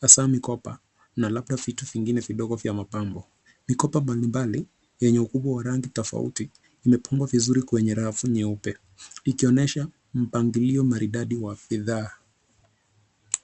hasa mikoba na labda vitu vingine vidogo vya mapambo. Mikoba mbalimbali yenye ukubwa wa rangi tofauti imepangwa vizuri kwenye rafu nyeupe ikionyesha mpangilio maridadi wa bidhaa.